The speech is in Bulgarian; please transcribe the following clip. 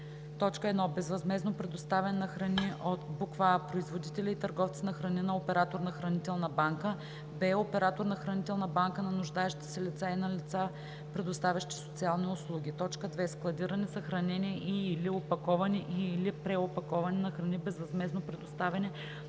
са: 1. безвъзмездно предоставяне на храни от: а) производители и търговци на храни на оператор на хранителна банка; б) оператор на хранителна банка на нуждаещи се лица и на лица, предоставящи социални услуги; 2. складиране, съхранение и/или опаковане и/или преопаковане на храни, безвъзмездно предоставени